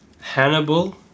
Hannibal